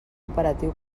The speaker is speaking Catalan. operatiu